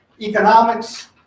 economics